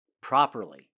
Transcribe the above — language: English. properly